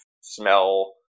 smell